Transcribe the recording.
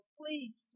please